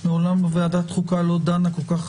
מעולם ועדת החוקה לא דנה כל כך